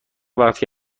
وقتی